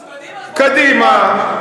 אז קדימה,